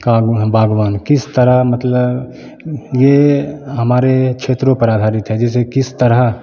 का बागबां किस तरह मतलव ये हमारे क्षेत्रों पर आधारित है जैसे किस तरह